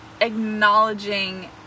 acknowledging